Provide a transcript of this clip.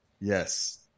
Yes